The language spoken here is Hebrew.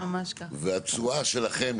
התשואה שלכם,